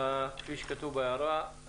כפי שכתוב בהערה,